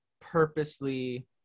purposely